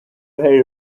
uruhare